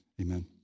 Amen